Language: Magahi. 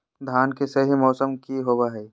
धान के सही मौसम की होवय हैय?